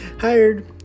hired